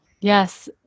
Yes